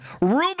Ruben